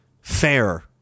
fair